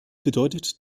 bedeutet